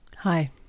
Hi